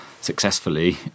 successfully